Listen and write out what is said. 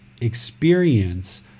experience